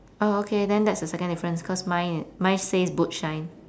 oh okay then that's the second difference cause mine mine says boot shine